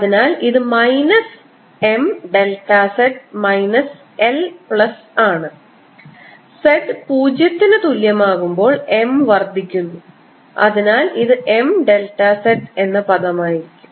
അതിനാൽ ഇത് minus M delta z minus L plus ആണ് z പൂജ്യത്തിന് തുല്യം ആകുമ്പോൾ M വർദ്ധിക്കുന്നു അതിനാൽ ഇത് M ഡെൽറ്റ z എന്ന പദമായിരിക്കും